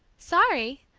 sorry!